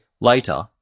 later